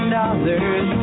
dollars